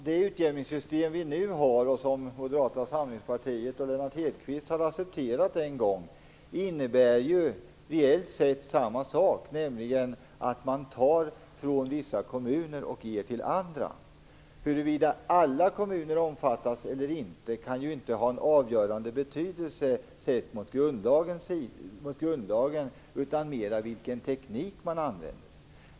Det utjämningssystem som vi nu har och som Moderata samlingspartiet och Lennart Hedquist en gång har accepterat innebär reellt sett samma sak, nämligen att man tar från vissa kommuner och ger till andra. Huruvida alla kommuner omfattas eller inte kan inte ha en avgörande betydelse sett till grundlagen. I stället handlar det mera om vilken teknik man använder.